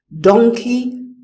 donkey